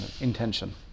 intention